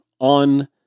on